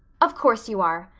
of course you are.